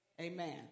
Amen